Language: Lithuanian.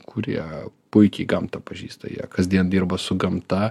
kurie puikiai gamtą pažįsta jie kasdien dirba su gamta